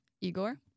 Igor